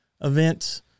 event